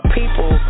people